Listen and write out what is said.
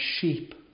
sheep